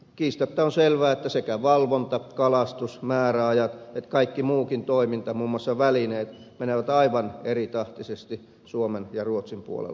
kiistatta on selvää että sekä valvonta kalastus määräajat että kaikki muukin toiminta muun muassa välineet menevät aivan eritahtisesti suomen ja ruotsin puolella rajaa